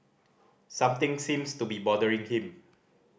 something seems to be bothering him